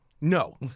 No